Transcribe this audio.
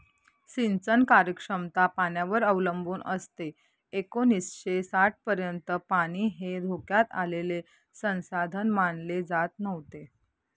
सिंचन कार्यक्षमता पाण्यावर अवलंबून असते एकोणीसशे साठपर्यंत पाणी हे धोक्यात आलेले संसाधन मानले जात नव्हते